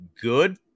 good